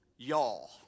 y'all